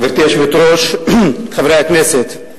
גברתי היושבת-ראש, חברי הכנסת,